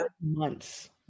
Months